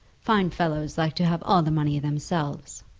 fine fellows like to have all the money themselves.